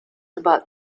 about